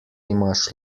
imaš